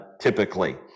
typically